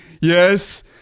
yes